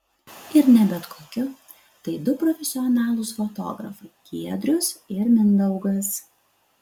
ir ne bet kokių tai du profesionalūs fotografai giedrius ir mindaugas